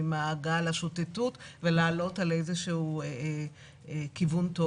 ממעגל השוטטות ולעלות על איזשהו כיוון טוב